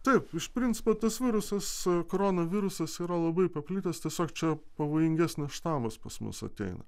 taip iš principo tas virusas koronavirusas yra labai paplitęs tiesiog čia pavojingesnis štamas pas mus ateina